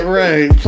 right